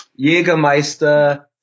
Jägermeister